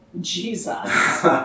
Jesus